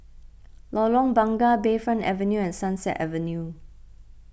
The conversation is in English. Lorong Bunga Bayfront Avenue and Sunset Avenue